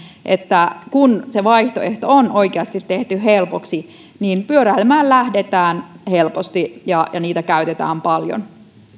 että kun se vaihtoehto on oikeasti tehty helpoksi niin pyöräilemään lähdetään helposti ja ja pyöriä käytetään paljon